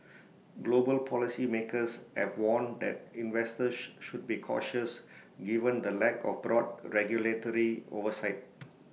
global policy makers have warned that investors should be cautious given the lack of broad regulatory oversight